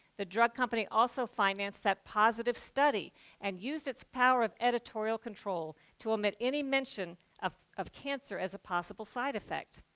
the drug company also financed that positive study and used its power of editorial control to omit any mention of of cancer as a possible side-effect.